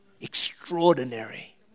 Extraordinary